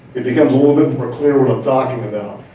it becomes a little bit more clear what i'm talking about.